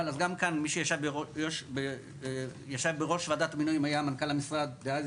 אז גם מי שישב בראש וועדת מינויים היה מנכ"ל המשרד דאז,